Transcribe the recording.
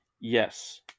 Yes